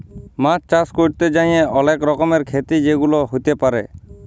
মাছ চাষ ক্যরতে যাঁয়ে অলেক রকমের খ্যতি যেগুলা হ্যতে পারে